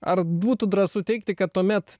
ar būtų drąsu teigti kad tuomet